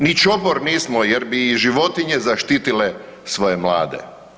Ni čopor nismo jer bi i životinje zaštitile svoje mlade.